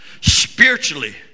spiritually